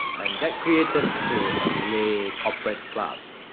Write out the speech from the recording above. and that created say a malay corporate class,